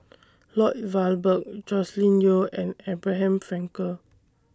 Lloyd Valberg Joscelin Yeo and Abraham Frankel